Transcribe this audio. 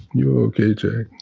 you're ok, jack